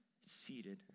seated